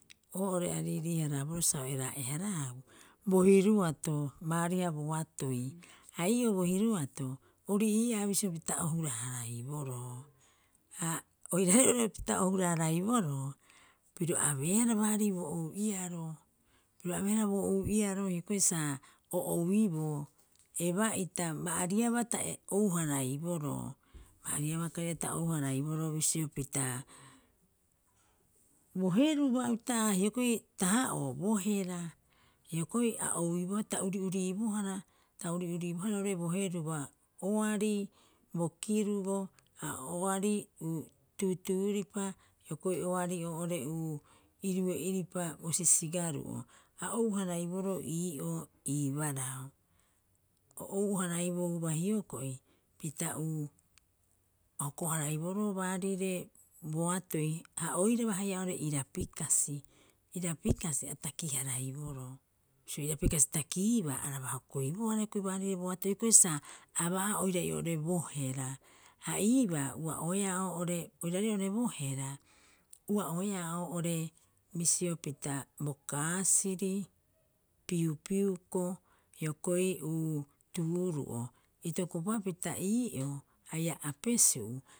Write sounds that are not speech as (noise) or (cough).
Oo'ore a riirii- harabooroo sa o eraa'e- haraau, bo hiruato baariha boatoi. Ha ii'oo bo hiruato ori'ii'a bisio pita o huraharaiboroo. Ha oiraarei oo'ore pita o huraharaiboroo piro abeehara baarii bo ou'iaroo- piro abeehara bo ou'iaroo hioko'o sa o ouiiboo. Eba'ita ba'ariabaa ta ee ouharaiboroo, ba'ariabaa kari'ara ta ouharaiboroo bisio pita bo heruba utaha'a hioko'i taha'oo bo hera. Hioko'i a ouibohara ta uru'uribohara- ta uri'uriibohara roo'ore bo herubaa oari bo kiruboo ha oari (hesitation) tuutuuripa hioko'i oari oo'ore (hesitation) iru'e'iripa bo sisigaru'o a ouharaiboroo ii'oo ii barao. O ou- haraibouba hioko'i pita (hesitation) hoko- haraiboroo baarire boatoi ha oiraba haia oo'ore irapi kasi- irapi kasi a taki- haraiboroo, bisio irapi kasi takiibaa araba hokoibohara hioko'i baarire boatoi hioko'i sa aba'aa oirai oo'ore bo hera, ha iibaa ua'oea oo'ore oiraarei oo'ore bo hera ua'oea oo'ore bisio pita bo kaasiri, piupiuko hioko'i uu tuurru'o itokopapita ii'oo haia ape'su'u